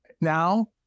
now